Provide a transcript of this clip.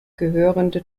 gehörende